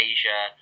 Asia